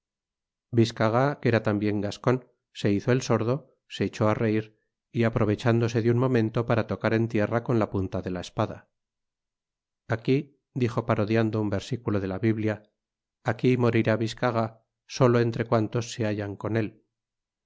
biscarat que era tambien gascon se hizo el sordo se echó á reír y aprovechándose de un momento para tocar en tierra con la punta de la espada aquí dijo parodiando un versículo de la biblia aquí morirá biscarat solo entre cuantos se hallan con él